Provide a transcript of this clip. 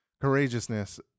courageousness